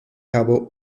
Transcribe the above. cabo